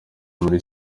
muri